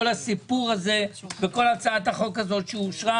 כל הסיפור הזה וכל הצעת החוק הזו שאושרה,